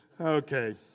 Okay